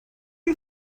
you